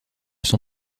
son